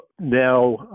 now